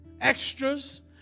extras